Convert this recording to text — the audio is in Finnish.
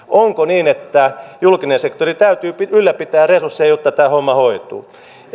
onko niin että julkisen sektorin täytyy ylläpitää resursseja jotta tämä homma hoituu